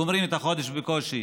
גומרים את החודש בקושי.